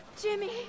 Jimmy